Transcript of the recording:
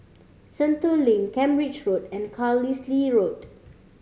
Sentul Link Cambridge Road and Carlisle Road